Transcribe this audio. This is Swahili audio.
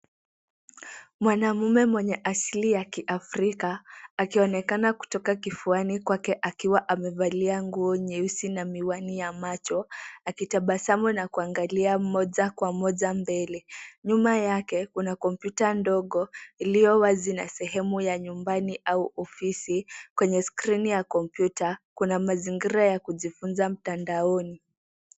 Mwanamume mwenye asili ya Kiafrika, akionekana kutoka kifua kwake akiwa amevaa nguo nyeusi na miwani ya macho, akitabasamu na kuangalia moja kwa moja mbele. Nyuma yake kuna kompyuta ndogo iliyo wazi na sehemu ya nyumbani au ofisi. Kwenye skrini ya kompyuta, kuna mazingira ya kujifunza mtandaoni.